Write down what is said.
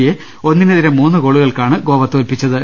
സിയെ ഒന്നിനെതിരെ മൂന്ന് ഗോളുകൾക്കാണ് ഗോവ തോൽപിച്ചത്